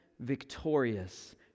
victorious